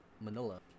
Manila